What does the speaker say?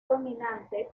dominante